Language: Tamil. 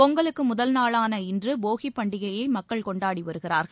பொங்கலுக்கு முதல்நாளான இன்று போகி பண்டிகையை மக்கள் கொண்டாடி வருகிறார்கள்